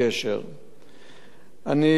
גדולה להודות לך, אמנון.